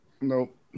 nope